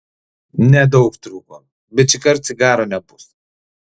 nedaug trūko bet šįkart cigaro nebus